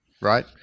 right